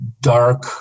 dark